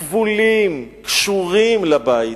כבולים, קשורים לבית,